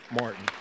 Martin